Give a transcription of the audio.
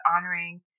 honoring